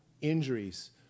injuries